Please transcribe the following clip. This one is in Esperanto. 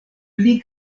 pli